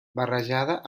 barrejada